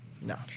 No